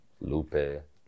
lupe